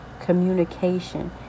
Communication